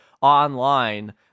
online